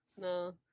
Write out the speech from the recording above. No